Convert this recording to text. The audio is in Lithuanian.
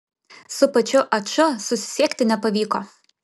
su pačiu aču susisiekti nepavyko